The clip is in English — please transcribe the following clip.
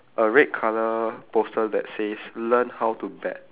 a red colour poster that says learn how to bet